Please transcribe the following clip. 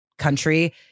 country